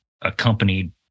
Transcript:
accompanied